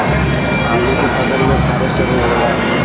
आलू के फसल मे फारेस्ट रोग होला?